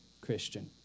Christian